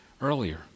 earlier